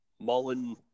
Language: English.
Mullen